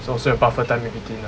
so so 有 buffer time in between ah